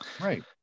right